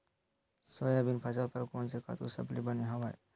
Soybean फसल बर कोन से खातु सबले बने हवय?